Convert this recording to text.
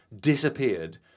disappeared